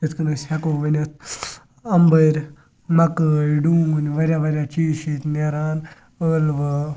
یِتھ کٔنۍ أسۍ ہیٚکو ؤنِتھ اَمبٕرۍ مَکٲے ڈوٗنۍ واریاہ واریاہ چیٖز چھِ ییٚتہِ نیران ٲلوٕ